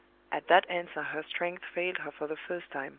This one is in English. at that answer her strength failed her for the first time.